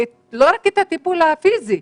לא רק את הטיפול הפיזי,